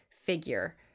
figure